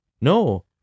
No